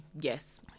yes